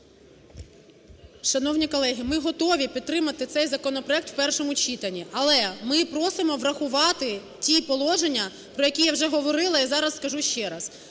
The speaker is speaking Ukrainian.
Шановні колеги, ми готові підтримати цей законопроект в першому читані, але ми просимо врахувати ті положення, про які я вже говорила і зараз скажу ще раз.